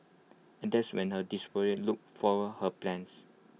and that's when her look foiled her plans